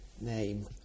name